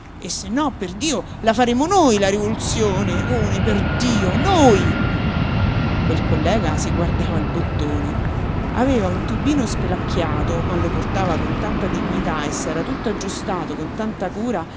e se no perdio la faremo noi la rivoluzione one perdio noi quel collega si guardava il bottone aveva un tubino spelacchiato ma lo portava con tanta dignità e s'era tutto aggiustato con tanta cura